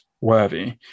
worthy